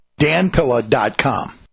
danpilla.com